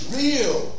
real